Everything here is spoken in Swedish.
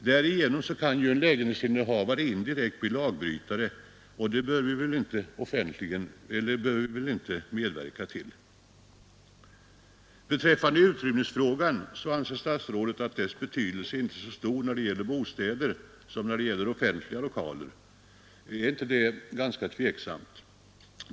Därigenom kan ju en lägenhetsinnehavare indirekt bli lagbrytare, och något sådant bör vi väl inte medverka till. Beträffande utrymningsfrågan anser statsrådet att dess betydelse inte är lika stor när det gäller bostäder som när det gäller offentliga lokaler. Är inte det ganska tveksamt?